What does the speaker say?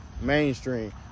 mainstream